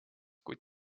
kuid